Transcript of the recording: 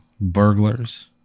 burglars